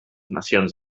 nacions